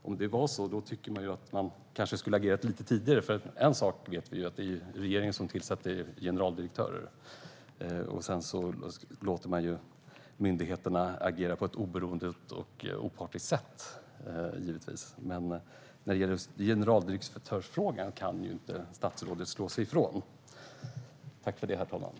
Om det var så tycker jag att man kanske skulle ha agerat lite tidigare. En sak vet vi: Det är regeringen som tillsätter generaldirektörer. Sedan låter man givetvis myndigheterna agera på ett oberoende och opartiskt sätt, men när det gäller just generaldirektörsfrågan kan inte statsrådet slå ifrån sig.